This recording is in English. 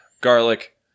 garlic